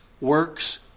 works